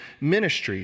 ministries